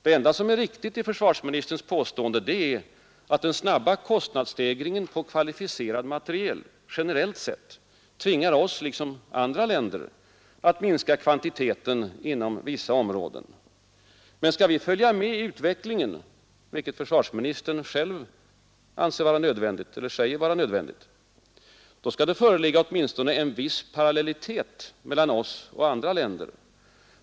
Det enda som är riktigt i försvarsministerns påstående är att den snabba kostnadsstegringen på kvalificerad materiel generellt sett tvingar oss, liksom andra länder, att minska kvantiteten inom vissa områden. Men skall vi följa med i utvecklingen — vilket försvarsministern själv säger vara nödvändigt — skall det föreligga åtminstone en viss parallellitet mellan oss och andra länder.